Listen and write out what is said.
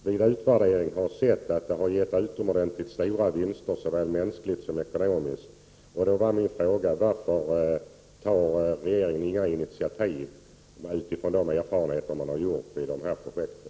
Vid utvärdering har man sett att det har gett utomordentligt stora vinster, såväl mänskligt som ekonomiskt. Då var min fråga: Varför tar regeringen inga initiativ utifrån de erfarenheter som gjorts vid de här projekten?